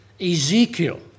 Ezekiel